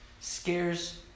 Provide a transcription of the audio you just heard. scares